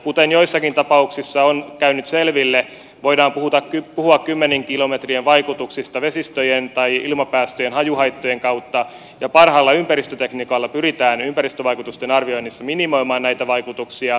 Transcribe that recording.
kuten joissakin tapauksissa on käynyt selville voidaan puhua kymmenien kilometrien vaikutuksista vesistöjen tai ilmapäästöjen hajuhaittojen kautta ja parhaalla ympäristötekniikalla pyritään ympäristövaikutusten arvioinnissa minimoimaan näitä vaikutuksia